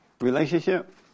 relationship